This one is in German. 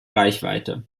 reichweite